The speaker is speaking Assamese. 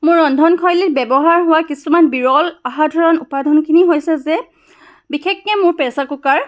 মোৰ ৰন্ধনশৈলীত ব্যৱহাৰ হোৱা কিছুমান বিৰল অসাধাৰণ উপাদানখিনি হৈছে যে বিশেষকৈ মোৰ প্ৰেছাৰ কুকাৰ